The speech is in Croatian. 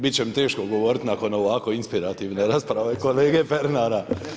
Bit će mi teško govoriti nakon ovako inspirativne rasprave kolege Pernara.